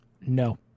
No